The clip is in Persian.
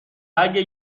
اگه